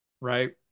right